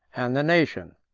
and the nation.